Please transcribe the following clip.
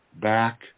back